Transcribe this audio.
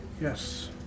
Yes